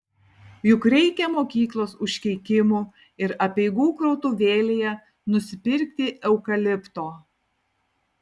juk reikia mokyklos užkeikimų ir apeigų krautuvėlėje nusipirkti eukalipto